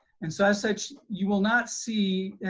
and so as such, you will not see,